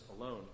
alone